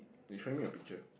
you show me your picture